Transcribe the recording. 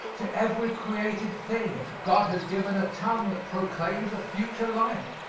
to every created thing god has given a tongue that proclaims a future life.